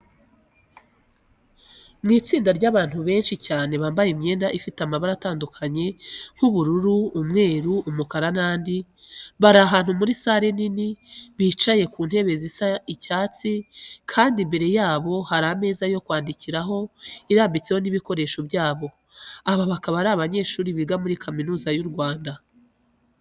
Ni itsinda ry'abandu benshi cyane bambaye imyenda ifite amabara atandukanye nk'ubururu, umweru, umukara n'andi. Bari ahantu muri sale nini, bicaye ku ntebe zisa icyatsi kandi imbere yabo hari ameza yo keandikiraho irambitseho n'ibikoresho byabo. Aba bakaba ari abanyeshuri biga muri Kaminuza y'u Rwanda.